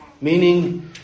meaning